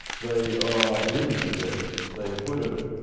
they didn't convict they acquitted them.